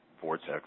vortex